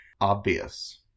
obvious